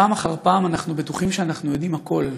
פעם אחר פעם אנחנו בטוחים שאנחנו יודעים הכול,